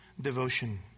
devotion